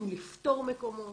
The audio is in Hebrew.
עם לפטור מקומות.